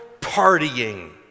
partying